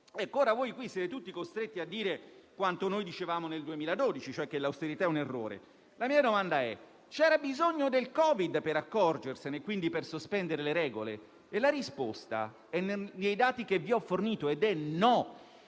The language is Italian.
Ora voi siete tutti costretti a dire quanto noi dicevamo nel 2012, cioè che l'austerità è un errore. La mia domanda è se c'era bisogno del Covid per accorgersene, quindi per sospendere le regole. La risposta è nei dati che vi ho fornito ed è no.